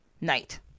night